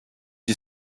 you